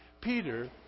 Peter